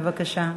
בבקשה.